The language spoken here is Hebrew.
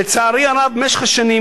לצערי הרב, שבמשך השנים